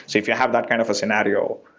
if you have that kind of a scenario,